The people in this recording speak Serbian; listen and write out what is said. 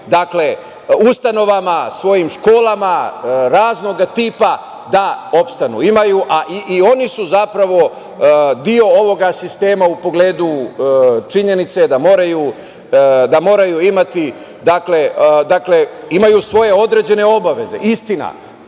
svojim ustanovama, svojim školama raznoga tipa da opstanu. Oni su zapravo deo ovoga sistema u pogledu činjenice da moraju imati, dakle, imaju svoje određene obaveze, istina. Verske